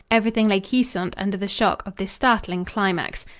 everything lay quiescent under the shock of this startling climax.